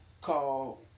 called